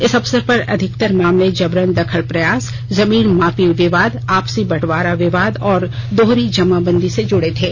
इस अवसर पर अधिकतर मामले जबरन दखल प्रयास जमीन मापी विवाद आपसी बंटवारा विवाद और दोहरी जमाबंदी से जुड़े थे